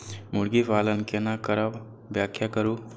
मुर्गी पालन केना करब व्याख्या करु?